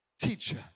teacher